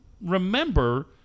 remember